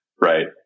Right